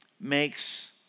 makes